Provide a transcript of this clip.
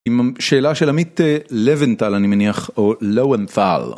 אם השאלה של עמית לבנטל אני מניח או לוונטל.